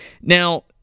Now